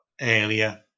earlier